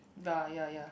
ya ya